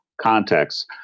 contexts